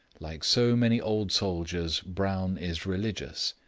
like so many old soldiers, brown is religious,